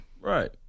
Right